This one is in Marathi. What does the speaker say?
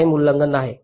टाईम उल्लंघन आहे